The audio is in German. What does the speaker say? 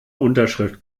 unterschrift